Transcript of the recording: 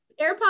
AirPods